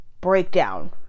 breakdown